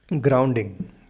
Grounding